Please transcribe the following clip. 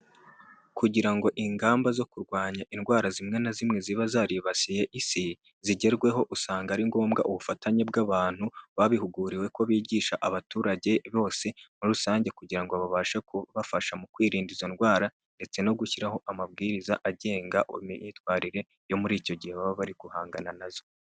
Kugira ngo ingamba zo kurwanya indwara zimwe na zimwe ziba zaribasiye isi zigerweho, usanga ari ngombwa ubufatanye bw'abantu babihuguriwe ko bigisha abaturage bose muri rusange, kugira ngo babashe kubafasha mu kwirinda izo ndwara ndetse no gushyiraho amabwiriza agenga imyitwarire yo muri icyo gihe baba bari guhangana nazo.